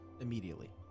immediately